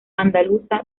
andaluza